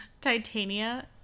Titania